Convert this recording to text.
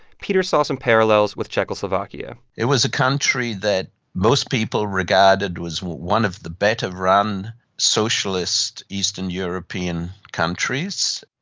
peter saw some parallels with czechoslovakia it was a country that most people regarded was one of the better-run socialist eastern european countries.